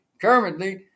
currently